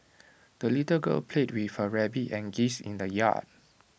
the little girl played with her rabbit and geese in the yard